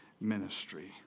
ministry